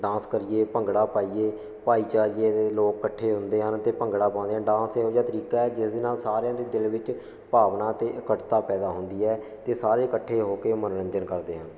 dance ਕਰੀਏ ਭੰਗੜਾ ਪਾਈਏ ਭਾਈਚਾਰੇ ਦੇ ਲੋਕ ਇਕੱਠੇ ਹੁੰਦੇ ਹਨ ਅਤੇ ਭੰਗੜਾ ਪਾਉਂਦੇ ਡਾਂਸ ਇਹੋ ਜਿਹਾ ਤਰੀਕਾ ਹੈ ਜਿਸ ਦੇ ਨਾਲ਼ ਸਾਰਿਆਂ ਦੇ ਦਿਲ ਵਿੱਚ ਭਾਵਨਾ ਅਤੇ ਇਕੱਠਤਾ ਪੈਦਾ ਹੁੰਦੀ ਹੈ ਅਤੇ ਸਾਰੇ ਇਕੱਠੇ ਹੋ ਕੇ ਮਨੋਰੰਜਨ ਕਰਦੇ ਹਨ